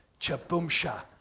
Chaboomsha